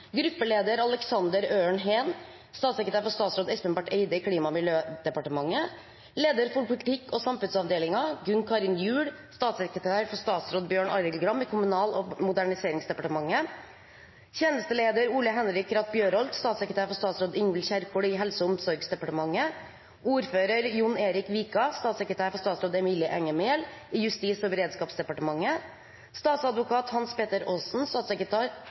Gruppeleder Aleksander Øren Heen, statssekretær for statsråd Espen Barth Eide i Klima- og miljødepartementet. Leder for politikk og samfunnsavdelingen, Gunn Karin Gjul, statssekretær for statsråd Bjørn Arild Gram i Kommunal- og moderniseringsdepartementet. Tjenesteleder, Ole Henrik Krat Bjørkholt, statssekretær for statsråd Ingvild Kjerkol i Helse- og omsorgsdepartementet. Ordfører John-Erik Vika, statssekretær for statsråd Emilie Enger Mehl i Justis- og beredskapsdepartementet. Statsadvokat Hans-Petter Aasen,